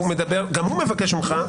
גם הוא מבקש ממך,